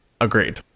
Agreed